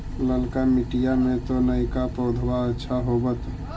ललका मिटीया मे तो नयका पौधबा अच्छा होबत?